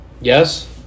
yes